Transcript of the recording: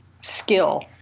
skill